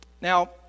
Now